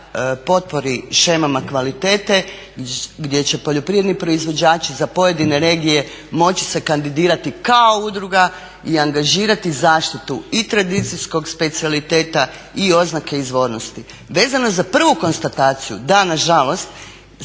potpori shemama kvalitete gdje će poljoprivredni proizvođači za pojedine regije moći se kandidirati kao udruga i angažirati zaštitu i tradicijskog specijaliteta i oznake izvornosti. Vezano za prvu konstataciju, da nažalost